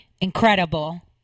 Incredible